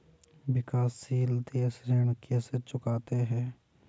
विकाशसील देश ऋण कैसे चुकाते हैं?